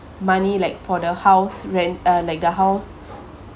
money like for the house rent uh like the house